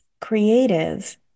creative